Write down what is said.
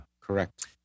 Correct